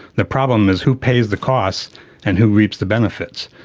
the problem is who pays the cost and who reaps the benefits?